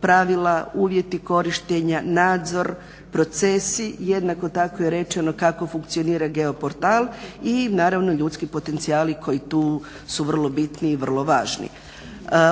pravila, uvjeti korištenja, nadzor, procesi, jednako tako je rečeno kako funkcionira geo portal i naravno ljudski potencijali koji tu su vrlo bitni i vrlo važni.